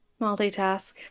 Multitask